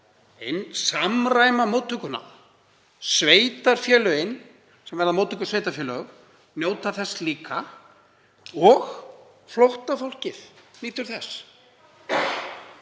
samræma móttökuna. Sveitarfélögin sem verða móttökusveitarfélög njóta þess og flóttafólkið nýtur þess.